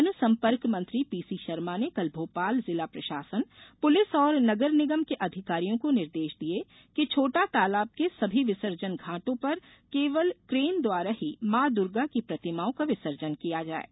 जनसम्पर्क मंत्री पीसी शर्मा ने कल भोपाल जिला प्रशासन पुलिस और नगर निगम के अधिकारियों को निर्देश दिए कि छोटा तालाब के सभी विसर्जन घाटों पर केवल क्रेन द्वारा ही मां दुर्गा की प्रतिमाओं का विसर्जन कराएं